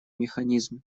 механизм